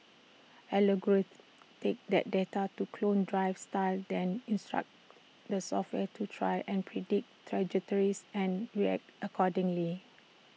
algorithms take that data to clone driving styles then instruct the software to try and predict trajectories and react accordingly